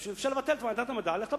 אז אפשר לבטל את ועדת המדע וללכת הביתה.